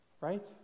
right